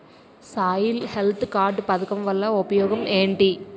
Soil health card పథకం వల్ల ఉపయోగం ఏంటి?